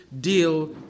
deal